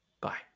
Bye